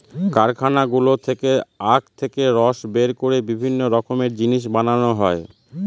কারখানাগুলো থেকে আখ থেকে রস বের করে বিভিন্ন রকমের জিনিস বানানো হয়